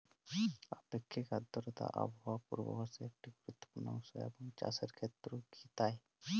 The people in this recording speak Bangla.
আপেক্ষিক আর্দ্রতা আবহাওয়া পূর্বভাসে একটি গুরুত্বপূর্ণ অংশ এবং চাষের ক্ষেত্রেও কি তাই?